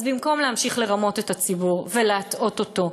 אז במקום להמשיך לרמות את הציבור ולהטעות אותו,